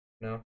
No